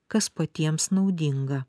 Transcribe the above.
kas patiems naudinga